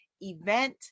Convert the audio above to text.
event